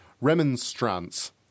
remonstrance